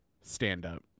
stand-up